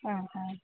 അ അ